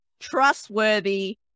trustworthy